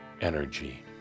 energy